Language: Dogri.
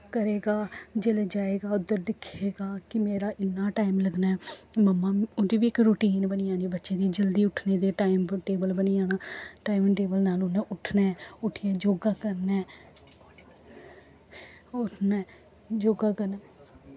करेगा जिसलै जाएगा उद्धर दिक्खेगा कि मेरा इन्ना टाईम लग्गना ऐ मम्मा उं'दी बी इक रोटीन बनी जानी ऐ जल्दी उट्ठने दी टाईम टेबल बनी जाना टाईम टेबल दा इ'नें उट्ठना ऐ उट्ठियै योग करना ऐ उ'नें योग करना